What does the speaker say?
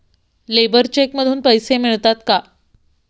Labour cheque मधून पैसे मिळतात का?